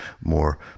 more